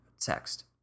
text